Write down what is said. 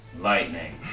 lightning